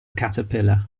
caterpillar